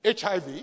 HIV